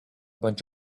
bunch